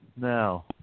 Now